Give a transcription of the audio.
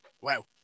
Wow